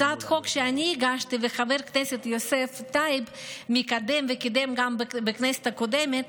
הצעת החוק שאני הגשתי וחבר הכנסת יוסף טייב מקדם וקידם גם בכנסת הקודמת